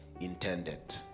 intended